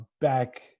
Back